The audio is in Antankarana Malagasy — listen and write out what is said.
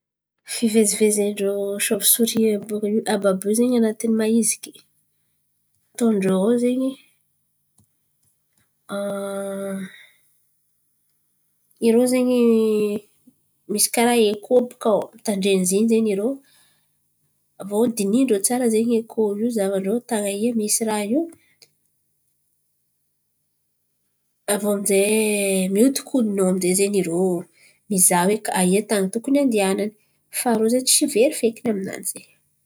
Fiveziven-drô sovisory àby io àby àby io anatiny mahiziky ataon-drô ao zen̈y. Irô zen̈y misy karà eko baka ao aviô dinihan-drô tsara aIa, tan̈y misy eko zahavan-drô aIa tan̈y e. Misy raha io aviô aminjay mihodikodin̈y ao aminjay zen̈y irô mizaha hoe aIa, tany tokony andianany fa rô zen̈y ze tsy very feky aminany zen̈y.